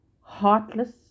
heartless